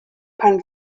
pan